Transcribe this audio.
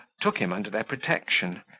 took him under their protection,